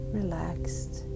relaxed